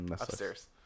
upstairs